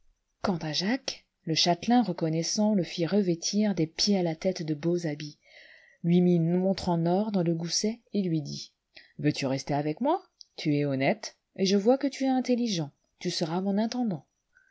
quant à jacques le châtelain reconnaissant le fit revêtir des pieds àla tête de beaux habits lui mit une montre en or dans le gousset et lui dit veux-tu rester avec moi tu es honnête et je vois que tu es intelligent tu seras mon intendant